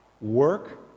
Work